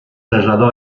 trasladó